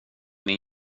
min